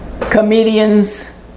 comedians